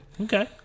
okay